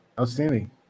outstanding